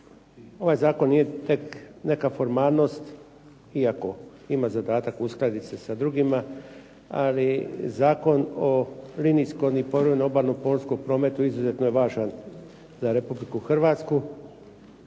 Ovaj zakon je tek neka formalnost iako ima zadatak uskladiti se sa drugima ali Zakon o linijskom i povremenom obalnom pomorskom prometu izuzetno je važan za Republiku Hrvatsku